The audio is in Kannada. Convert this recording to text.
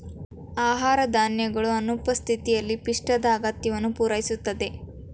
ಆಹಾರ ಧಾನ್ಯಗಳ ಅನುಪಸ್ಥಿತಿಯಲ್ಲಿ ಪಿಷ್ಟದ ಅಗತ್ಯವನ್ನು ಪೂರೈಸುತ್ತದೆ